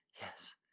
Yes